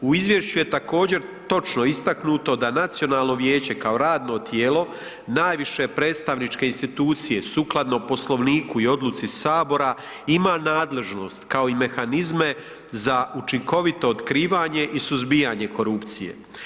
U Izvješću je također, točno istaknuto da Nacionalno vijeće, kao radno tijelo, najviše predstavničke institucije sukladno Poslovniku i odluci Sabora ima nadležnost, kao i mehanizme za učinkovito otkrivanje i suzbijanje korupcije.